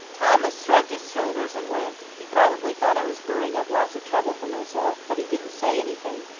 thomas shrugged his shoulders and went. he probably thought i was brewing up lots of trouble for myself, but he didn't say anything.